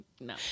No